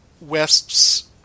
West's